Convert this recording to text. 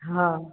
हाँ